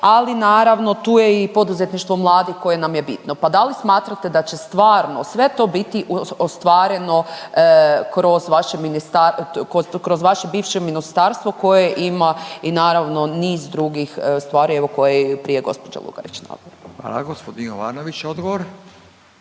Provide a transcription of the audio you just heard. ali naravno tu je i poduzetništvo mladih koje nam je bitno, pa da li smatrate da će stvarno sve to biti ostvareno kroz vaše bivše ministarstvo koje ima i naravno niz drugih stvari evo koje je i prije gospođa Lugarić